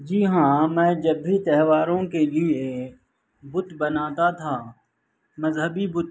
جی ہاں میں جب بھی تہواروں کے لیے بت بناتا تھا مذہبی بت